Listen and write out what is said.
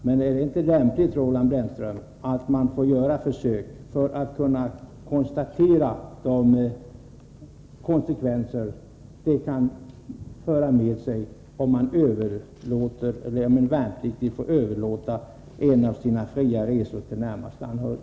Men är det inte lämpligt, Roland Brännström, att man får göra försök för att kunna konstatera vilka konsekvenser det kan föra med sig om en värnpliktig får överlåta en av sina fria resor till närmast anhörig?